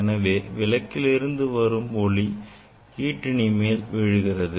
எனவே விளக்கிலிருந்து வரும் ஒளி கிற்றிணி மேல் விழுகிறது